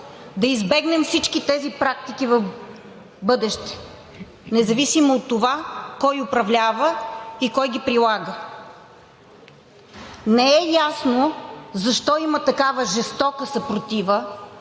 да избегнем всички тези практики в бъдеще, независимо от това кой управлява и кой ги прилага. Не е ясно защо има такава жестока съпротива